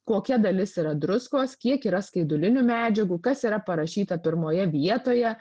kokia dalis yra druskos kiek yra skaidulinių medžiagų kas yra parašyta pirmoje vietoje